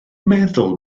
meddwl